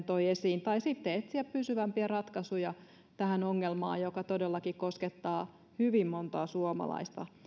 toi esiin tai sitten etsiä pysyvämpiä ratkaisuja tähän ongelmaan joka todellakin koskettaa hyvin montaa suomalaista